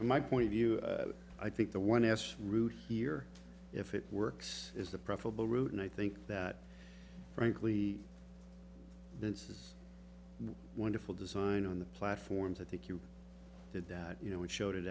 from my point of view i think the one s route here if it works is the preferable route and i think that frankly this is wonderful design on the platforms i think you did that you know we showed it